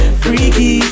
freaky